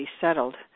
settled